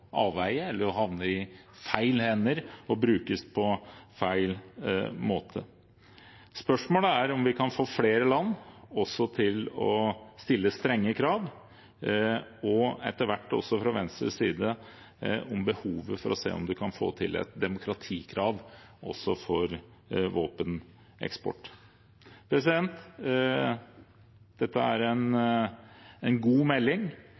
eller havne i feil hender og brukes på feil måte. Spørsmålet er om vi kan få flere land til å stille strenge krav, og om man etter hvert – sett fra Venstres side – kan se på behovet for å få til et demokratikrav også for våpeneksport. Dette er en god melding.